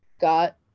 got